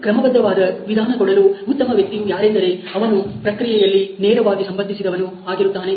ಕ್ರಮಬದ್ಧವಾದ ವಿಧಾನ ಕೊಡಲು ಉತ್ತಮ ವ್ಯಕ್ತಿಯು ಯಾರೆಂದರೆ ಅವನು ಪ್ರಕ್ರಿಯೆಯಲ್ಲಿ ನೇರವಾಗಿ ಸಂಬಂಧಿಸಿದವನು ಆಗಿರುತ್ತಾನೆ